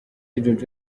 jojo